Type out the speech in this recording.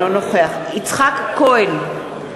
אינו נוכח יצחק כהן,